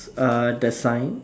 uh the sign